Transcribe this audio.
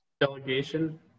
delegation